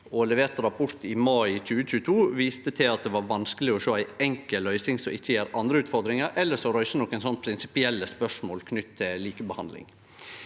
leverte rapport i mai 2022, viste til at det var vanskeleg å sjå ei enkel løysing som ikkje gjev andre utfordringar, eller som reiser nokre prinsipielle spørsmål knytt til likebehandling.